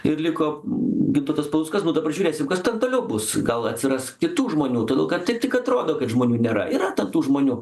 ir liko gintautas paluckas nu dabar žiūrėsim kas ten toliau bus gal atsiras kitų žmonių todėl kad taip tik atrodo kad žmonių nėra yra ten tų žmonių